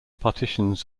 partitions